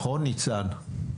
נכון ניצן?